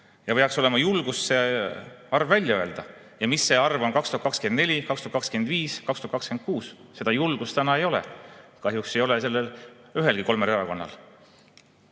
Ja peaks olema julgust see arv välja öelda. Ja mis see arv on 2024, 2025, 2026? Seda julgust täna ei ole. Kahjuks ei ole ühelgi neist kolmest erakonnast.